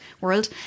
world